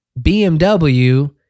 BMW